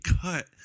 cut